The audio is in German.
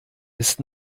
ist